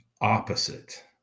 opposite